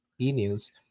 e-news